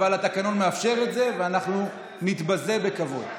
אבל התקנון מאפשר את זה, ואנחנו נתבזה בכבוד.